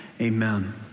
amen